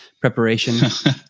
preparation